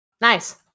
nice